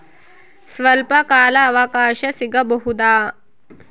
ಸ್ವಲ್ಪ ಕಾಲ ಅವಕಾಶ ಸಿಗಬಹುದಾ?